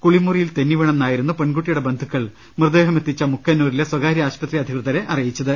കുളിമുറി യിൽ തെന്നിവീണെന്നായിരുന്നു പെൺകുട്ടിയുടെ ബന്ധുക്കൾ മൃതദേഹം എത്തിച്ച മുക്കന്നൂരിലെ സ്ഥകാര്യ ആശുപത്രി അധി കൃതരെ അറിയിച്ചത്